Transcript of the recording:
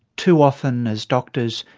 too often, as doctors,